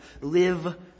live